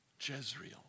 Jezreel